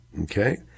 okay